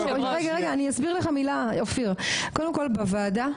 אני אסביר לך מילה אופיר, קודם כל בוועדה,